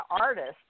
artist